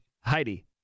Heidi